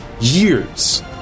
years